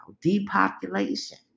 Depopulation